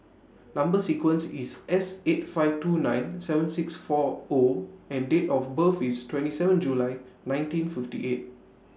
Number sequence IS S eight five two nine seven six four O and Date of birth IS twenty seven July nineteen fifty eight